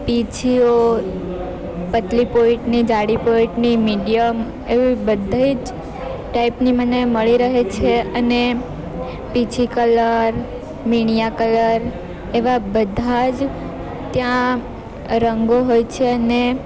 પીંછીઓ પતલી પોઈન્ટની જાડી પોઈન્ટની મીડિયમ એવી બધી જ ટાઈપની મને મળી રહે છે અને પીછી કલર મીણિયા કલર એવા બધા જ ત્યાં રંગો હોય છે અને